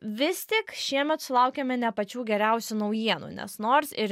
vis tik šiemet sulaukiame ne pačių geriausių naujienų nes nors ir